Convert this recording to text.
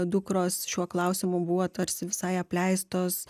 dukros šiuo klausimu buvo tarsi visai apleistos